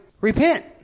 repent